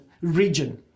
region